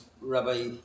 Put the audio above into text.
Rabbi